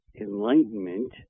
enlightenment